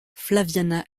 flaviana